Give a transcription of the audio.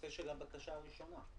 הנושא, הבקשה הראשונה.